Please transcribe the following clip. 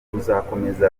ruzakomeza